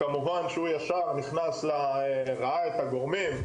כאשר הוא ראה את הגורמים הנוכחים,